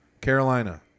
Carolina